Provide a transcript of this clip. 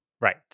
Right